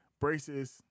braces